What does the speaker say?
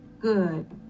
Good